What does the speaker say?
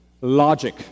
logic